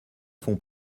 fonds